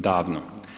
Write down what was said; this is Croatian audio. Davno.